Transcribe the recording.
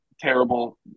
terrible